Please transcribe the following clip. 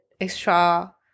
extra